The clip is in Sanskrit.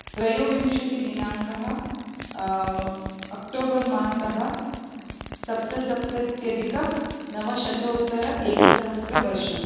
त्रयोविंशतिदिनाङ्कः अक्टोबर् मासः सप्तसप्त्यधिकनवशतोत्तर एकसहस्रवर्षम्